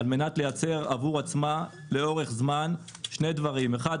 על מנת לייצר עבורה שני דברים לאורך זמן: אחד,